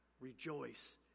rejoice